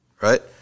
right